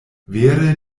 vere